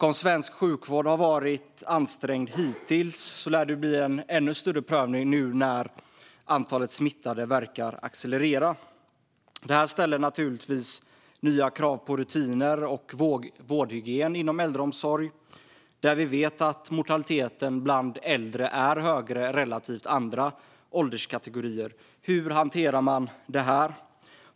Om svensk sjukvård hittills har varit ansträngd lär det bli en ännu större prövning när antalet smittade nu verkar accelerera. Det ställer nya krav på rutiner och vårdhygien inom äldreomsorgen. Vi vet att mortaliteten bland äldre är högre än bland andra ålderskategorier. Hur hanterar man det här?